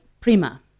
Prima